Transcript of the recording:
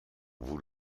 vous